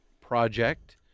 project